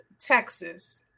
Texas